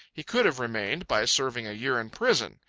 he could have remained by serving a year in prison.